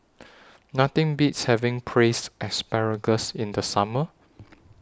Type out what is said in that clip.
Nothing Beats having Braised Asparagus in The Summer